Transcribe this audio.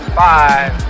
five